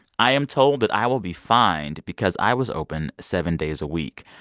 i am told that i will be fined because i was open seven days a week,